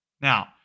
Now